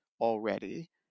already